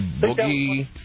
Boogie